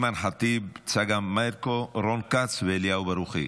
אימאן ח'טיב, צגה מלקו, רון כץ ואליהו ברוכי.